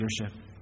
leadership